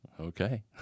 Okay